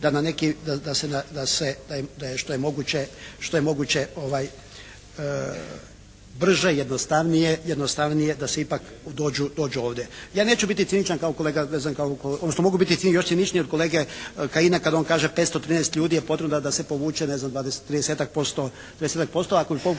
da je što je moguće brže, jednostavnije da se ipak dođu ovdje. Ja neću biti ciničan kao kolega, odnosno mogu biti još ciničniji od kolege Kajina kad on kaže 513 ljudi je potrebno da se povuče ne znam 30-tak posto,